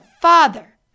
Father